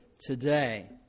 today